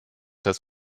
dass